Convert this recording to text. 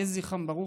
יהי זכרם ברוך.